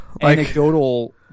anecdotal